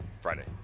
Friday